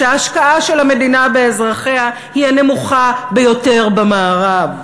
שההשקעה של המדינה באזרחיה היא הנמוכה ביותר במערב.